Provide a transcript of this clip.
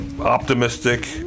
optimistic